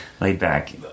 laid-back